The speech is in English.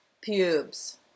pubes